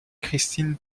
christine